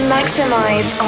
Maximize